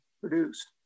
produced